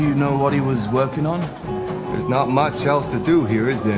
know what he was working on? there's not much else to do here, is there?